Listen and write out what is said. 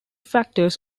factors